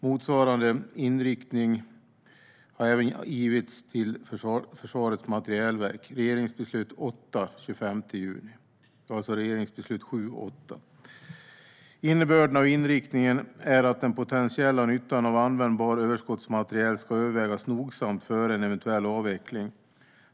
Motsvarande inriktning har även getts till Försvarets materielverk, enligt regeringsbeslut 8 från den 25 juni 2015. Innebörden av inriktningen är att den potentiella nyttan av användbar överskottsmateriel ska övervägas nogsamt före eventuell avveckling.